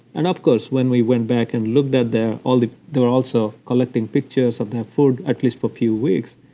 and of course, when we went back and looked at their. ah like they were also collecting pictures of their food at least for few weeks.